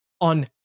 on